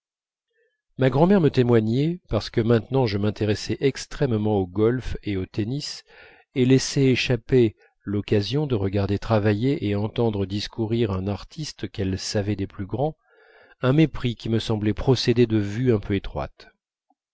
ma grand'mère me témoignait parce que maintenant je m'intéressais extrêmement au golf et au tennis et laissais échapper l'occasion de regarder travailler et entendre discourir un artiste qu'elle savait des plus grands un mépris qui me semblait procéder de vues un peu étroites